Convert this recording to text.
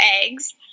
eggs